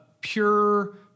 pure